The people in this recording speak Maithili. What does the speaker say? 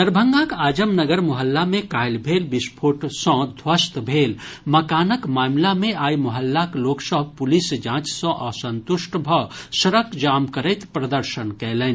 दरभंगाक आजमनगर मोहल्ला मे काल्हि भेल विस्फोट सँ ध्वस्त भेल मकानक मामिला मे आइ मोहल्लाक लोक सभ पुलिस जांच सँ असंतुष्ट भऽ सड़क जाम करैत प्रदर्शन कयलनि